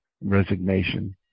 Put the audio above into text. resignation